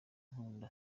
nkunda